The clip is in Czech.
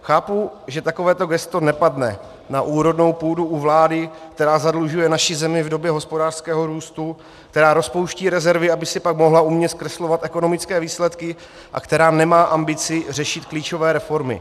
Chápu, že takovéto gesto nepadne na úrodnou půdu u vlády, která zadlužuje naši zemi v době hospodářského růstu, která rozpouští rezervy, aby si pak mohla umně zkreslovat ekonomické výsledky, a která nemá ambici řešit klíčové reformy.